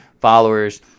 followers